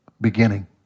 beginning